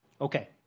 Okay